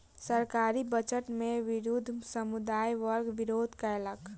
सरकारी बजट के विरुद्ध समुदाय वर्ग विरोध केलक